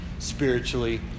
spiritually